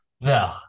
no